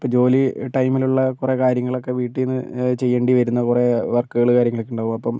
ഇപ്പോൾ ജോലി ടൈമിലുള്ള കുറെ കാര്യങ്ങളൊക്കെ വീട്ടിന്ന് ചെയ്യേണ്ടി വരുന്ന കുറെ വർക്കുകൾ കാര്യങ്ങളൊക്കെ ഉണ്ടാവും അപ്പം